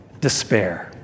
despair